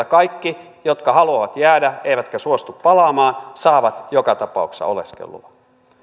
kaikki jotka haluavat jäädä eivätkä suostu palaamaan saavat joka tapauksessa oleskeluluvan